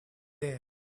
there